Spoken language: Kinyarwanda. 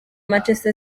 manchester